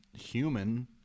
human